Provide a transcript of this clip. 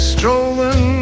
Strolling